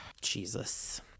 jesus